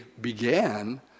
began